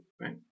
right